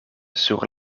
sur